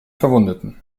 verwundeten